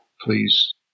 please